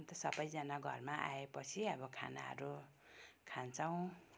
अन्त सबैजना घरमा आएपछि अब खानाहरू खान्छौँ